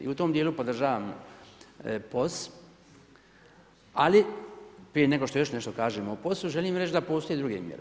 I u tom dijelu podržavam POS, ali prije nego što još nešto kažem o POS-u želim reći da postoje i druge mjere.